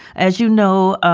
as you know,